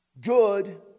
good